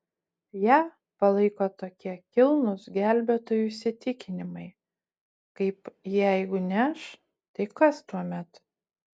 ją palaiko tokie kilnūs gelbėtojų įsitikinimai kaip jeigu ne aš tai kas tuomet